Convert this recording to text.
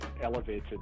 elevated